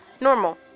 Normal